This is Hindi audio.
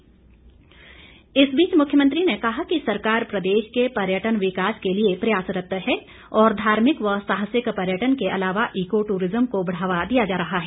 पर्यटन इस बीच मुख्यमंत्री ने कहा है कि सरकार प्रदेश के पर्यटन विकास के लिए प्रयासरत है और धार्मिक व साहसिक पर्यटन के अलावा ईको टूरिज्म को बढ़ावा दिया जा रहा है